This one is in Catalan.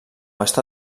està